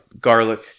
Garlic